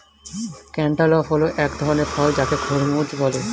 cantaloupe হল এক ধরণের ফল যাকে খরমুজ বলে